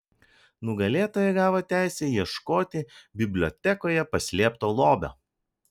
nugalėtojai gavo teisę ieškoti bibliotekoje paslėpto lobio